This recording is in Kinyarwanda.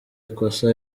ikosa